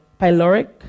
pyloric